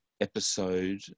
episode